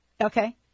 Okay